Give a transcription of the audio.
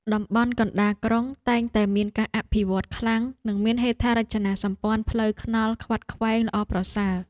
តំបន់កណ្តាលក្រុងតែងតែមានការអភិវឌ្ឍខ្លាំងនិងមានហេដ្ឋារចនាសម្ព័ន្ធផ្លូវថ្នល់ខ្វាត់ខ្វែងល្អប្រសើរ។